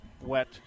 wet